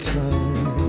time